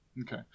Okay